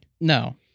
No